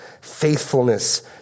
faithfulness